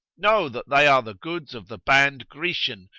know that they are the goods of the band grecian,